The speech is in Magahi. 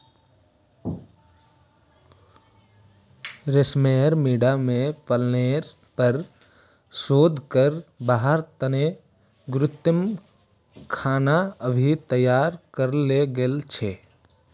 रेशमेर कीड़ा पालनेर पर शोध करे वहार तने कृत्रिम खाना भी तैयार कराल गेल छे